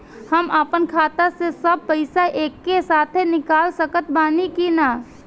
हम आपन खाता से सब पैसा एके साथे निकाल सकत बानी की ना?